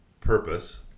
purpose